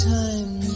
time